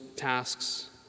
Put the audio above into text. tasks